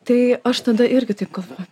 tai aš tada irgi taip galvo